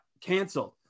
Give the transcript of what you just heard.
canceled